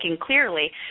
clearly